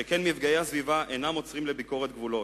שכן מפגעי הסביבה אינם עוצרים לביקורת גבולות.